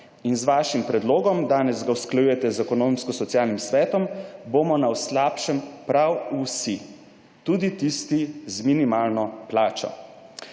Z vašim predlogom, danes ga usklajujete z Ekonomskosocialnim svetom, bomo na slabšem prav vsi, tudi tisti z minimalno plačo.